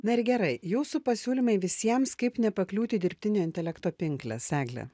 na ir gerai jūsų pasiūlymai visiems kaip nepakliūti į dirbtinio intelekto pinkles egle